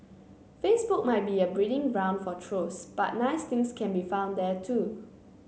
Facebook might be a breeding ground for trolls but nice things can be found there too